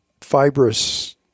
fibrous